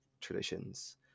traditions